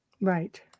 Right